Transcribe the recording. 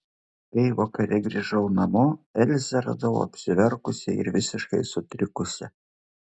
kai vakare grįžau namo elzę radau apsiverkusią ir visiškai sutrikusią